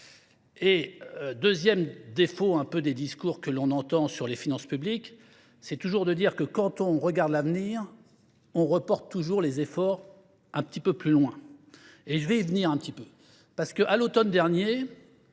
Et deuxième défaut un peu des discours que l'on entend sur les finances publiques, c'est toujours de dire que quand on regarde l'avenir, on reporte toujours les efforts un petit peu plus loin. Et je vais y venir un petit peu. Parce que à l'automne dernier,